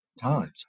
times